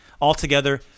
Altogether